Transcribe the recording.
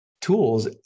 tools